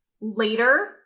later